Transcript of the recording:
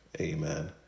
Amen